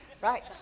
right